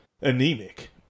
anemic